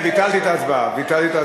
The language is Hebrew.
ביטלתי את ההצבעה.